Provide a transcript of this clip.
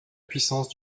puissance